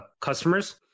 customers